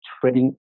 trading